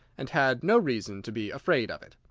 and had no reason to be afraid of it.